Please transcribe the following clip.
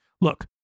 Look